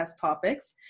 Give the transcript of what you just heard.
topics